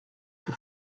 que